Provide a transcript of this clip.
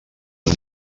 amb